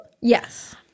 Yes